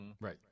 right